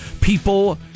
people